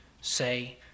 say